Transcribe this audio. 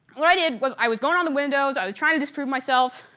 what i did was, i was going on the windows, i was trying to disprove myself,